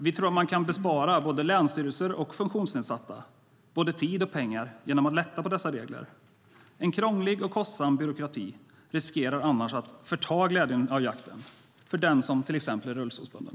Vi tror att man kan spara både tid och pengar för länsstyrelser och för de funktionsnedsatta genom att lätta på dessa regler. En krånglig och kostsam byråkrati riskerar annars att förta glädjen av jakten för den som till exempel är rullstolsburen.